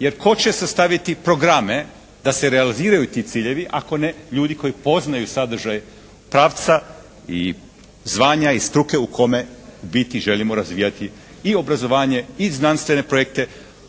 Jer tko će sastaviti programe da se realiziraju ti ciljevi ako ne ljudi koji poznaju sadržaj pravca i zvanja i struke u kome u biti želimo razvijati i obrazovanje i znanstvene projekte